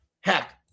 Heck